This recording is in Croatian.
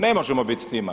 Ne možemo biti s njima.